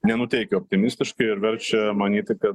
nenuteikia optimistiškai ir verčia manyti kad